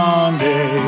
Monday